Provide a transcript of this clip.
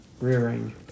Rearing